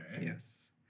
Yes